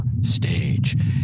stage